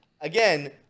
again